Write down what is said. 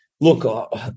look